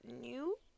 new